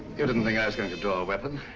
you didn't think i was going to draw a weapon.